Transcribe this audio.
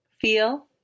FEEL